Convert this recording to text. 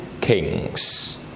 kings